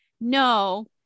no